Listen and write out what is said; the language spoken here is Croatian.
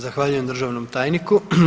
Zahvaljujem državnom tajniku.